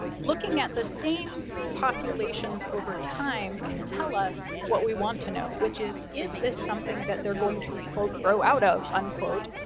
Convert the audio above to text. looking at the same populations over time can tell us what we want to know, which is, is this something that they're going to quote grow out of, unquote?